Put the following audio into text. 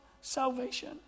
salvation